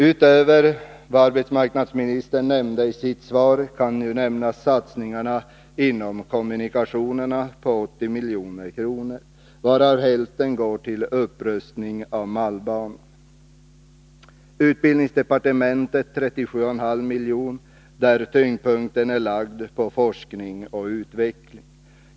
Utöver vad arbetsmarknadsministern nämnde i sitt svar kan nämnas satsningarna inom kommunikationerna på 80 milj.kr., varav hälften går till upprustning av malmbanan. Utbildningsdepartementet får 37,5 milj.kr., där tyngdpunkten är lagd på forskning och utveckling.